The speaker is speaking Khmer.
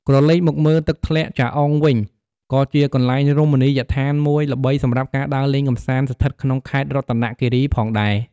ក្រឡេកមកមើល ទឹកធ្លាក់ចាអុងវិញក៏ជាកន្លែងរមណីយដ្ឋានមួយល្បីសម្រាប់ការដើរលេងកម្សាន្តស្ថិតក្នុងខេត្តរតនគីរីផងដែរ។